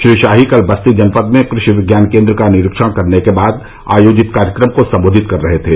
श्री शाही कल बस्ती जनपद में कृषि विज्ञान केंद्र का निरीक्षण करने के बाद आयोजित कार्यक्रम को संबोधित कर रहे थे